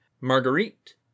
Marguerite